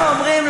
אני מכיר אותך.